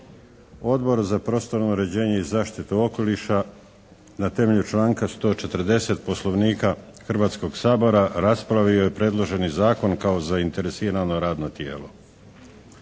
Odbor za prostorno uređenje i zaštitu okoliša na temelju članka 140. Poslovnika Hrvatskog sabora raspravio je predloženi zakon kao zainteresirano radno tijelo.